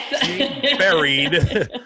buried